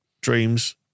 dreams